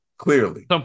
Clearly